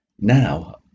now